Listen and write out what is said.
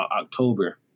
October